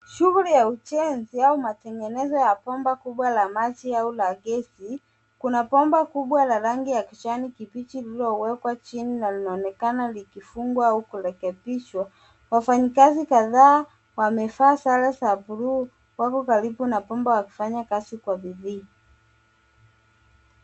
Shughuli ya ujenzi au matengenezo ya bomba la maji au la gesi. Kuna bomba kubwa la rangi ya kijani kibichi lililowekwa chini na linaonekana likifungwa au kurekebishwa. Wafanyikazi kadhaa wamevaa sare za blue , wako karibu na bomba wakifanya kazi kwa bidii.